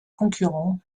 concurrents